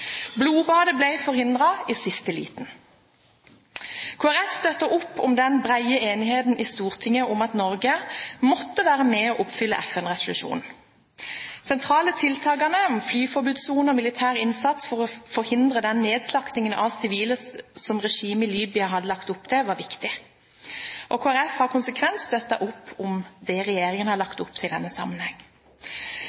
Blodbadet ble forhindret i siste liten. Kristelig Folkeparti støttet opp om den brede enigheten i Stortinget om at Norge måtte være med og oppfylle FN-resolusjonen. De sentrale tiltakene, som flyforbudssone og militær innsats, for å forhindre den nedslaktingen av sivile som regimet i Libya hadde lagt opp til, var viktige. Kristelig Folkeparti har konsekvent støttet opp om det regjeringen har